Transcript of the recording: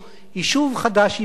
יישוב חדש ייבנה,